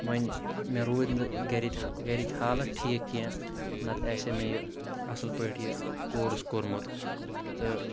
وۄنہِ مےٚ روٗدۍ نہٕ گرِ تہِ گرِکۍ حالت ٹھیٖک کینٛہہ نتہٕ آسہِ ہا مےٚ یہِ اَصٕل پٲٹھۍ یہِ کورٕس کوٚرمُت تہٕ